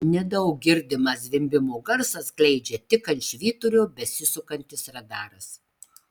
nedaug girdimą zvimbimo garsą skleidžia tik ant švyturio besisukantis radaras